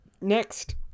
next